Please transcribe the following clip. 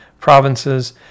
provinces